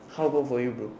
how about for your bro